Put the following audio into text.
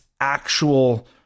actual